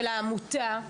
של העמותה,